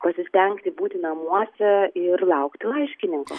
pasistengti būti namuose ir laukti laiškininko